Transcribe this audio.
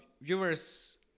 viewers